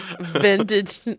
Vintage